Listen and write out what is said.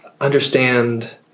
understand